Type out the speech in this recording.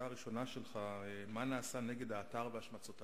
באב התשס"ט (29 ביולי 2009): לאחרונה פרסם אתר אינטרנט בשפה הרוסית